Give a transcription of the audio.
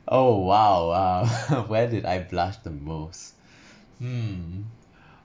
oh !wow! !wah! where did I blushed the most hmm